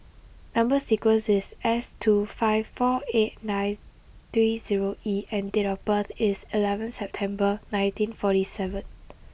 number sequence is S two five four eight nine three zero E and date of birth is eleven September nineteen forty seven